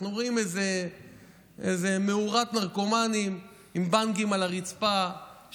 אנחנו רואים איזו מאורת נרקומנים עם בנגים על הרצפה,